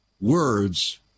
Words